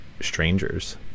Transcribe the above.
strangers